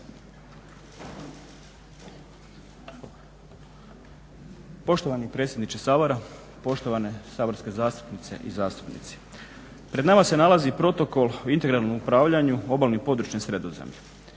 Poštovani predsjedniče Sabora, poštovane saborske zastupnice i zastupnici. Pred nama se nalazi Protokol o integralnom upravljanju obalnim područjem Sredozemlja.